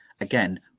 again